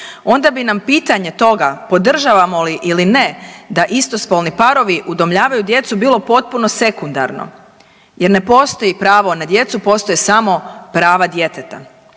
onda bi nam pitanje toga podržavamo li ili ne da istospolni parovi udomljavaju djecu bilo potpuno sekundarno jer ne postoji pravo na djecu, postoje samo pravo djeteta.